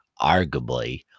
arguably